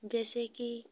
जैसे कि